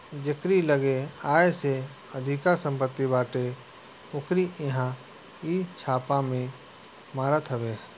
जेकरी लगे आय से अधिका सम्पत्ति बाटे ओकरी इहां इ छापा भी मारत हवे